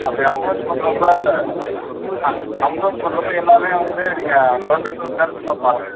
அப்படி அப்ரோச் பண்றப்போ அ அப்ரோச் பண்றப்போ எல்லாமே வந்து நீங்கள் ட்வெண்ட்டி டூ கேரட்டில பாருங்கள்